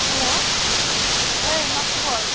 hello ओइ मा खबर